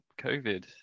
COVID